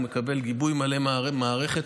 הוא מקבל גיבוי מלא מהמערכת,